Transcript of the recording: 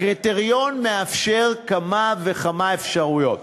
הקריטריון מאפשר0 כמה וכמה אפשרויות.